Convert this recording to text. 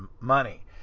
money